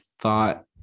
thought